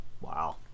Wow